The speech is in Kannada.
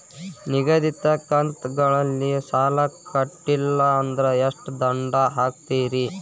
ನಿಗದಿತ ಕಂತ್ ಗಳಲ್ಲಿ ಸಾಲ ಕಟ್ಲಿಲ್ಲ ಅಂದ್ರ ಎಷ್ಟ ದಂಡ ಹಾಕ್ತೇರಿ?